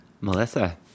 Melissa